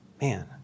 man